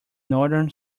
northern